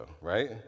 right